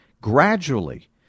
gradually